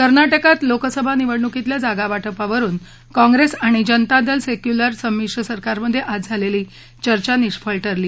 कर्नाटकात लोकसभा निवडणूकीतल्या जागावाटपावरुन काँग्रस्तआणि जनता दल सक्विुलर संमिश्र सरकारमधञ्ञिज झालसी चर्चा निष्फळ ठरली